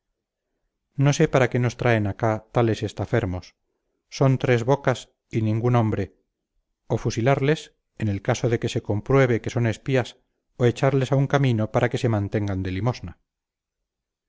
no sé para qué nos traen acá tales estafermos son tres bocas y ningún hombre o fusilarles en el caso de que se compruebe que son espías o echarles a un camino para que se mantengan de limosna